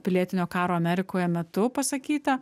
pilietinio karo amerikoje metu pasakyta